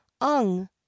Ung